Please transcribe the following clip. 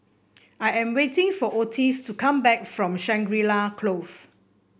I am waiting for Ottis to come back from Shangri La Close